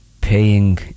paying